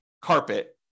carpet